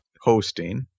hosting